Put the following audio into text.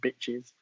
bitches